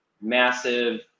massive